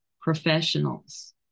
professionals